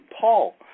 Paul